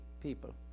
people